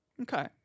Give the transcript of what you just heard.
Okay